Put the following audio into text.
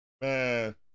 Man